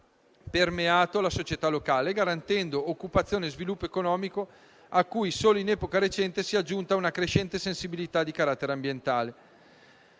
permeato la società locale, garantendo occupazione e sviluppo economico a cui solo in epoca recente si è aggiunta una crescente sensibilità di carattere ambientale.